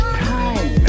time